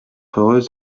heureuse